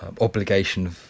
obligation